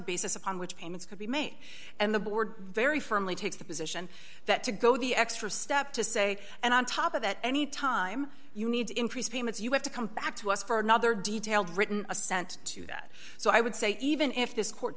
basis upon which payments could be made and the board very firmly takes the position that to go the extra step to say and on top of that any time you need to increase payments you have to come back to us for another detailed written assent to that so i would say even if this court